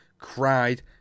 cried